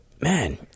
man